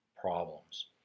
problems